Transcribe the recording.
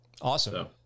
Awesome